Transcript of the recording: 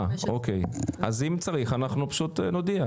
אם צריך, אנחנו נודיע.